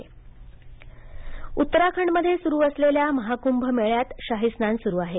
कंभमेळा उत्तराखंडमध्ये सुरु असलेल्या महाकुंभ मेळ्यात शाही स्नान सुरु आहे